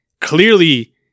clearly